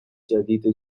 جدید